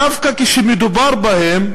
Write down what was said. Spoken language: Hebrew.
דווקא כשמדובר בהם,